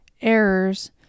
errors